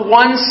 one